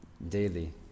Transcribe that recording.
Daily